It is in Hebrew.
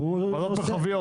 הוועדות המרחביות.